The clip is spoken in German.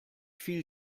viel